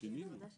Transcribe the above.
שינינו.